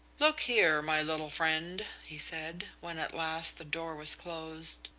look here, my little friend, he said, when at last the door was closed,